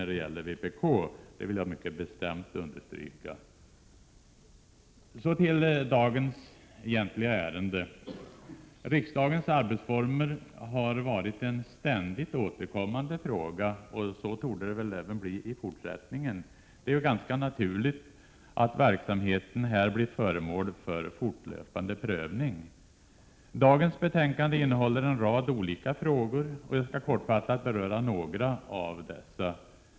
Så till det ärendet som vi egentligen behandlar i dag. Riksdagens arbetsformer har varit en ständigt återkommande fråga och torde så bli även i fortsättningen. Det är ju ganska naturligt att verksamheten här blir föremål för fortlöpande prövning. Dagens betänkande innehåller en rad olika frågor, och jag skall kortfattat beröra några av dessa.